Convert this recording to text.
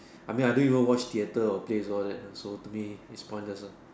I mean I don't even watch theatre or plays all that ah so to me is pointless ah